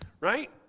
right